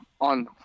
on